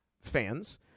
fans